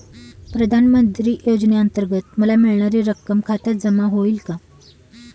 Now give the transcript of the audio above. प्रधानमंत्री योजनेअंतर्गत मला मिळणारी रक्कम खात्यात जमा होईल का?